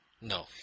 No